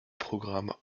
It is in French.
programmes